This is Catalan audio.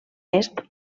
est